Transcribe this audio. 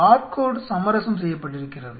barcode சமரசம் செய்யப்பட்டிருக்கிறது